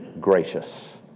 gracious